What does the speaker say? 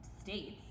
states